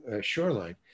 shoreline